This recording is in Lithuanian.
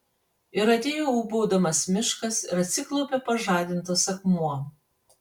ir atėjo ūbaudamas miškas ir atsiklaupė pažadintas akmuo